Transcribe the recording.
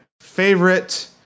favorite